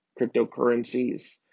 cryptocurrencies